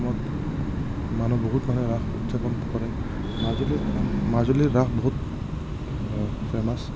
মানে বহুত মানুহে ৰাস উদযাপন কৰে মাজুলীত মাজুলীৰ ৰাস বহুত ফেমাছ